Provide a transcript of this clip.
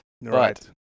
Right